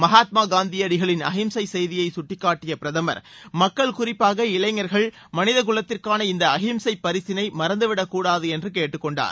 மகாத்மா காந்தியடிகளின் அகிம்சை செய்தியை கட்டிக்காட்டிய பிரதமர் மக்கள் குறிப்பாக இளைஞர்கள் மனித குலத்திற்கான இந்த அகிம்சை பரிசினை மறந்துவிடக்கூடாது என்று கேட்டுக் கொண்டார்